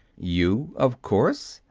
you of course.